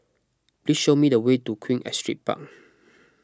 please show me the way to Queen Astrid Park